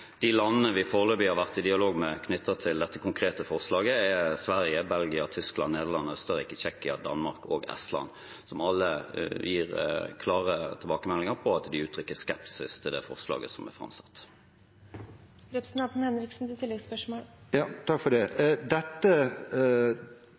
De landene vi foreløpig har vært i dialog med knyttet til dette konkrete forslaget, er Sverige, Belgia, Tyskland, Nederland, Østerrike, Tsjekkia, Danmark og Estland, som alle gir klare tilbakemeldinger om – og uttrykker – skepsis til det forslaget som er framsatt.